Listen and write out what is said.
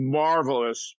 marvelous